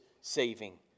saving